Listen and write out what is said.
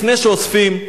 לפני שאוספים,